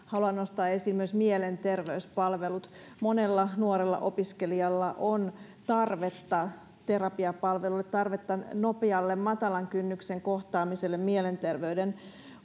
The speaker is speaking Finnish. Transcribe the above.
haluan nostaa esiin myös mielenterveyspalvelut monella nuorella opiskelijalla on tarvetta terapiapalveluille tarvetta nopealle matalan kynnyksen kohtaamiselle mielenterveyden